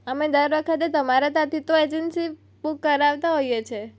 અમે દર વખતે તમારા ત્યાંથી તો એજન્સી બુક કરાવતા હોઈએ છીએ